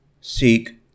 seek